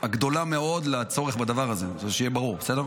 הגדולה מאוד לצורך בדבר הזה, שיהיה ברור, בסדר?